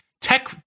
tech